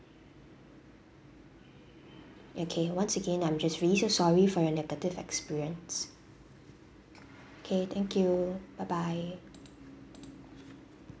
okay once again I'm just really so sorry for your negative experience okay thank you bye bye